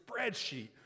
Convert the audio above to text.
spreadsheet